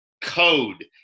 code